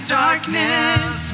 darkness